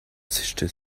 zischte